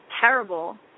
terrible